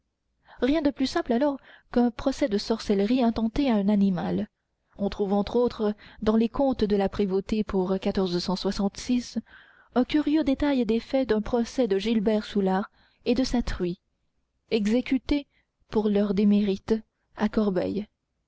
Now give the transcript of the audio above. rien de plus simple alors qu'un procès de sorcellerie intenté à un animal on trouve entre autres dans les comptes de la prévôté pour un curieux détail des frais du procès de gillet soulart et de sa truie exécutés pour leurs démérites à corbeil